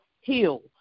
heal